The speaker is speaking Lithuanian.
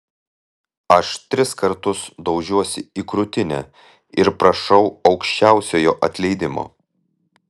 aš tris kartus daužiuosi į krūtinę ir prašau aukščiausiojo atleidimo